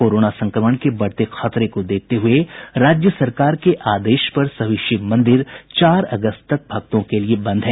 corona संक्रमण के बढ़ते खतरे को देखते हुए राज्य सरकार के आदेश पर सभी शिव मंदिर चार अगस्त तक भक्तों के लिये बंद हैं